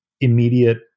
immediate